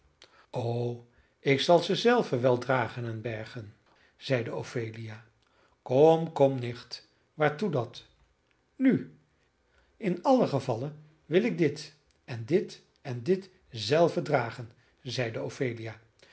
o ik zal ze zelve wel dragen en bergen zeide ophelia kom kom nicht waartoe dat nu in allen gevalle wil ik dit en dit en dit zelve dragen zeide